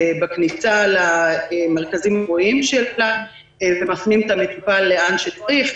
בכניסה למרכזים הרפואיים שלנו ומפנים את המטופל לאן שצריך.